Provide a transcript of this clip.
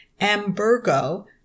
Ambergo